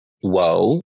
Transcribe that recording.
whoa